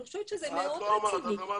אני חושבת שזה מאוד רציני --- את לא אמרת,